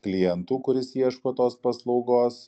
klientu kuris ieško tos paslaugos